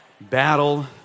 battle